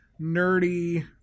nerdy